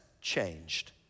changed